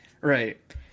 Right